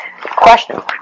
Question